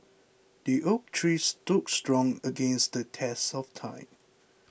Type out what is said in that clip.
the oak tree stood strong against the test of time